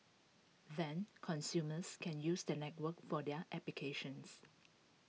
then consumers can use the network for their applications